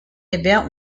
event